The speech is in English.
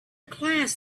class